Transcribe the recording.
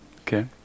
okay